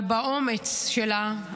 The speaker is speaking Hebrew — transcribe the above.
באומץ שלה,